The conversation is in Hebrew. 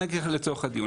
אבל נגיד כך לצורך הדיון,